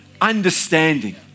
understanding